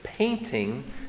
Painting